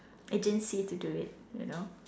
urgency to do it you know